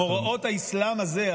את מוראות האסלאם הזה,